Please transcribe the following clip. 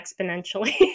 exponentially